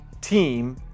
team